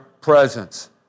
presence